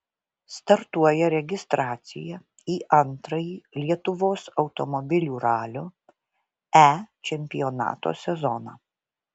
startuoja registracija į antrąjį lietuvos automobilių ralio e čempionato sezoną